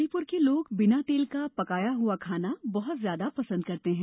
मणिपूर के लोग बिना तेल का पकाया हुआ खाना बहत ज्यादा पसंद करते है